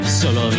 Solo